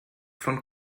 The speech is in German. von